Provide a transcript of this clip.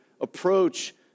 approach